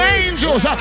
angels